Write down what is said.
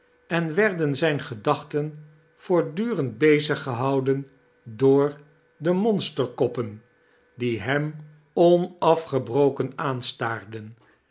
en werden zijne gedachten voorfcdurend beziggehouden door de monsterkoppen die hem onafgebroken aanstaarden